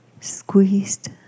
squeezed